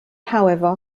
however